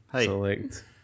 Select